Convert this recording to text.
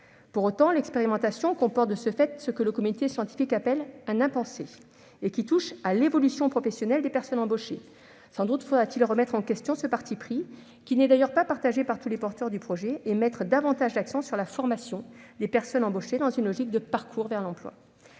Pour autant, l'expérimentation comporte, de ce fait, ce que le comité scientifique appelle un « impensé », qui touche à l'évolution professionnelle des personnes embauchées. Sans doute faudra-t-il remettre en question ce parti pris, qui n'est d'ailleurs pas partagé par tous les porteurs de projet, et mettre davantage l'accent sur la formation de ces personnes, dans une logique de parcours vers l'emploi.